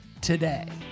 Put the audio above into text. today